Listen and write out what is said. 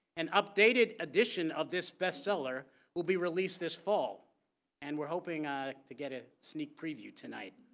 an updated edition of this best seller will be released this fall and we're hoping ah to get a sneak preview tonight.